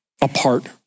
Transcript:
apart